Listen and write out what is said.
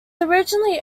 originally